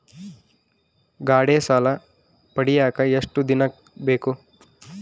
ಗಾಡೇ ಸಾಲ ಪಡಿಯಾಕ ಎಷ್ಟು ದಿನ ಬೇಕು?